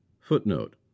footnote